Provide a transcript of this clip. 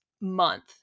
month